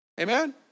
Amen